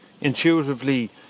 intuitively